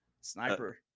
sniper